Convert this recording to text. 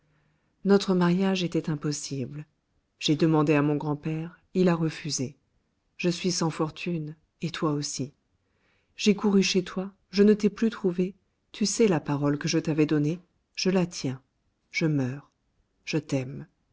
notre mariage était impossible j'ai demandé à mon grand-père il a refusé je suis sans fortune et toi aussi j'ai couru chez toi je ne t'ai plus trouvée tu sais la parole que je t'avais donnée je la tiens je meurs je t'aime